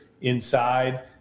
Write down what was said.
inside